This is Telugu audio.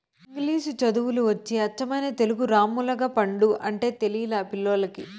ఇంగిలీసు చదువులు వచ్చి అచ్చమైన తెలుగు రామ్ములగపండు అంటే తెలిలా పిల్లోల్లకి